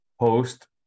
post